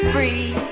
Free